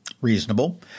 Reasonable